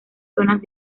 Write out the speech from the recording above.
zonas